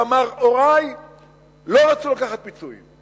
ואמר: הורי לא רצו לקחת פיצויים.